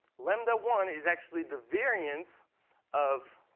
lambda one, is actually the variance of